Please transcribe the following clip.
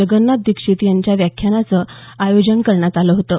जगन्नाथ दीक्षित यांच्या व्याख्यानाचं आयोजन करण्यात आलं होतं